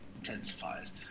intensifiers